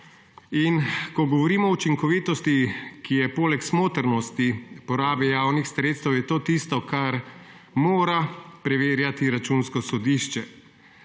Ko govorimo o učinkovitosti, ki je poleg smotrnosti porabe javnih sredstev, je to tisto, kar mora preverjati Računsko sodišče,